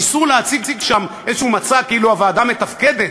ניסו להציג שם איזשהו מצג כאילו הוועדה מתפקדת,